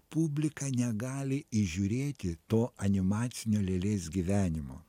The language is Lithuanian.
publika negali įžiūrėti to animacinio lėlės gyvenimo